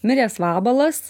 miręs vabalas